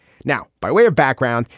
now, by way of background,